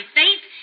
faith